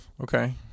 Okay